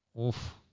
Oof